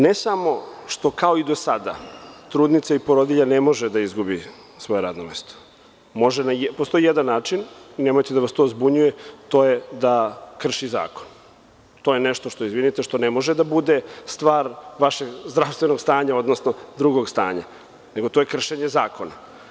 Ne samo što kao i do sada trudnica i porodilja ne može da izgubi svoje radno mesto, postoji jedan način, nemojte da vas to zbunjuje – da krši zakon, ali, to je nešto, izvinite, što ne može da bude stvar vašeg zdravstvenog stanja odnosno drugog stanja, nego, to je kršenje zakona.